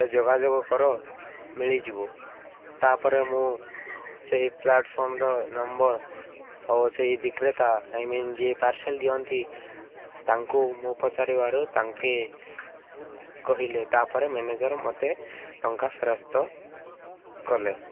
ତ ଯୋଗା ଯୋଗ କର ମିଳି ଯିବ ତା ପରେ ମୁଁ ସେହି ପ୍ଲାଟଫର୍ମର ନମ୍ବର୍ ଆଉ ସେହି ବିକ୍ରେତା ଆଇ ମିନ୍ ଯେ ପାର୍ଶଲ୍ ଦିଅନ୍ତି ତାଙ୍କୁ ମୁଁ ପଚାରିବାରୁ ତାଙ୍କେ କହିଲେ ତା'ପରେ ମ୍ୟାନେଜର୍ ମୋତେ ଟଙ୍କା ଫେରସ୍ତ କଲେ